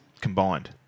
combined